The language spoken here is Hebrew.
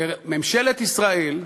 וממשלת ישראל,